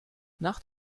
nach